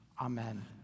amen